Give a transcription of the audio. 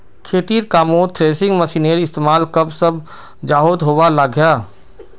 खेतिर कामोत थ्रेसिंग मशिनेर इस्तेमाल सब गाओंत होवा लग्याहा